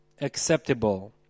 acceptable